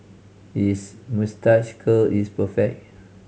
his moustache curl is perfect